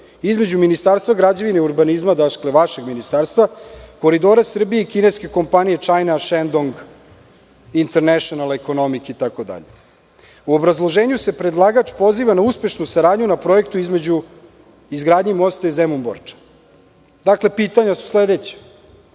između Ministarstva građevine i urbanizma, vašeg ministarstva, „Koridora Srbije“ i kineske kompanije „China Shandong International Economic“ itd. U obrazloženju se predlagač poziva na uspešnu saradnju na projektu između izgradnje mosta Zemun-Borča. Dakle, pitanja su sledeća.